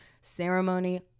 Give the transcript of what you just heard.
ceremony